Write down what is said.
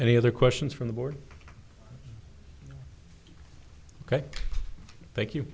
any other questions from the board ok thank you